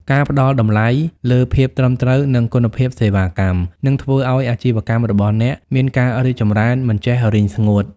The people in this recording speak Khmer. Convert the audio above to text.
ការផ្តល់តម្លៃលើភាពត្រឹមត្រូវ និងគុណភាពសេវាកម្ម នឹងធ្វើឱ្យអាជីពរបស់អ្នកមានការរីកចម្រើនមិនចេះរីងស្ងួត។